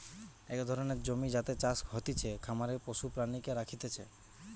এক ধরণের জমি যাতে চাষ হতিছে, খামারে পশু প্রাণীকে রাখতিছে